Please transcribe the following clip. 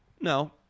No